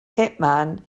hitman